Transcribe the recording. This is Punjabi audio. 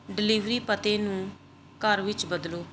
ਡਿਲੀਵਰੀ ਪਤੇ ਨੂੰ ਘਰ ਵਿੱਚ ਬਦਲੋ